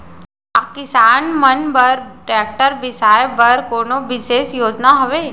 का किसान मन बर ट्रैक्टर बिसाय बर कोनो बिशेष योजना हवे?